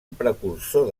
precursor